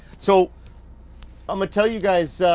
so i'ma tell you guys,